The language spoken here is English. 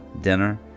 dinner